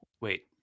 wait